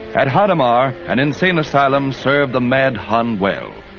at hadamar an insane asylum served the mad hun well.